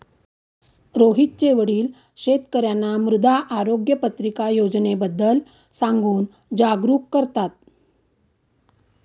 रोहितचे वडील शेतकर्यांना मृदा आरोग्य पत्रिका योजनेबद्दल सांगून जागरूक करतात